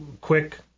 quick